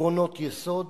עקרונות יסוד,